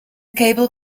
cable